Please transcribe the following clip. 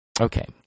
Okay